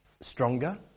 stronger